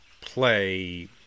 play